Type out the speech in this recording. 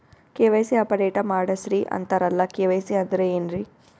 KYC update ಮಾಡಸ್ರೀ ಅಂತರಲ್ಲ KYC ಅಂದ್ರ ಏನ್ರೀ?